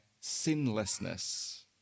sinlessness